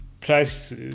price